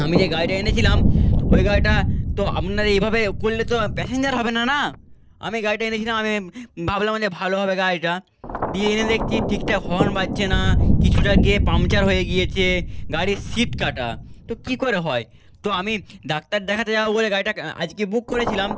আমি যে গাড়িটা এনেছিলাম ওই গাড়িটা তো আপনারা এইভাবে করলে তো প্যাসেঞ্জার হবে না না আমি গাড়িটা এনেছিলাম আমি ভাবলাম যে ভালো হবে গাড়িটা দিয়ে এনে দেখছি ঠিকঠাক হর্ন বাজছে না কিছুটা গিয়ে পাংচার হয়ে গিয়েছে গাড়ির সিট কাটা তো কী করে হয় তো আমি ডাক্তার দেখাতে যাব বলে গাড়িটাকে আজকে বুক করেছিলাম